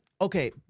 okay